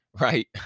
Right